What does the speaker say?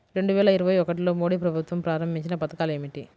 రెండు వేల ఇరవై ఒకటిలో మోడీ ప్రభుత్వం ప్రారంభించిన పథకాలు ఏమిటీ?